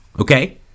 okay